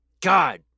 God